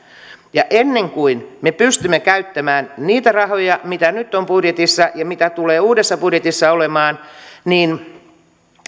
ja ennen kuin me pystymme käyttämään niitä rahoja mitä nyt on budjetissa ja mitä tulee uudessa budjetissa olemaan niin